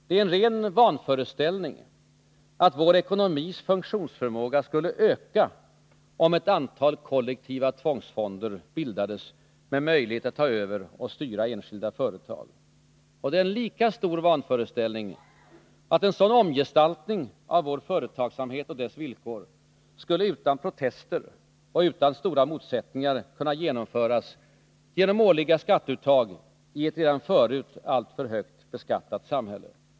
Det är en ren vanföreställning, att vår ekonomis funktionsförmåga skulle öka, om ett antal kollektiva tvångsfonder bildades med möjlighet att ta över och styra enskilda företag. Och det är en lika stor vanföreställning att en sådan omgestaltning av vår företagsamhet och dess villkor skulle utan protester och utan stora motsättningar kunna genomföras genom årliga skatteuttag i ett redan förut alltför högt beskattat samhälle.